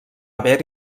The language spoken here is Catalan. haver